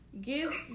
Give